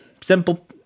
Simple